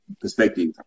perspective